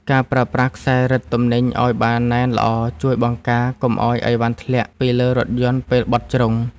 ការប្រើប្រាស់ខ្សែរឹតទំនិញឱ្យបានណែនល្អជួយបង្ការកុំឱ្យអីវ៉ាន់ធ្លាក់ពីលើរថយន្តពេលបត់ជ្រុង។